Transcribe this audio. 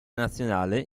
nazionale